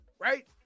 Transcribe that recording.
right